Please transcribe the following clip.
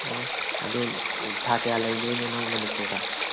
ꯑꯣ ꯑꯗꯣ ꯊꯥ ꯀꯌꯥ ꯂꯩꯗꯣꯏꯅꯣ ꯅꯪ ꯃꯅꯤꯄꯨꯔꯗ